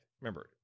remember